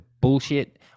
bullshit